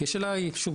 כי השאלה היא שוב,